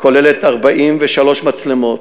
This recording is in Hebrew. כוללת 43 מצלמות,